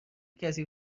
کسی